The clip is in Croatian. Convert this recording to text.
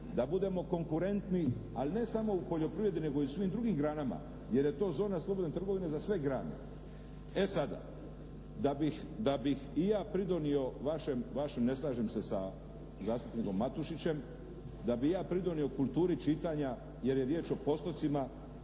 da budemo konkurentni ali ne samo u poljoprivredi nego i svim drugim granama. Jer je to zona slobodne trgovine za sve grane. E sada, da bih i ja pridonio vašem, ne slažem se sa zastupnikom Matušićem, da bi ja pridonio kulturi čitanja jer je riječ o postotcima,